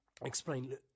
explain